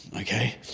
okay